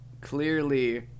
clearly